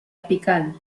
apical